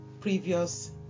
previous